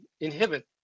inhibit